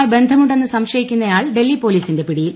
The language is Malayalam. മായി ബന്ധമുണ്ടെന്ന് സംശയിക്കുന്നയാൾ ഡൽഹി പോലീസിന്റെ പിടിയിൽ